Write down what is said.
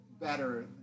better